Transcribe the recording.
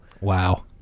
Wow